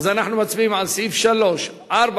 אם כן, רבותי, אנחנו מצביעים עכשיו, רבותי,